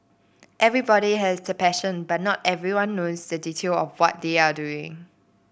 everybody has the passion but not everyone knows the detail of what they are doing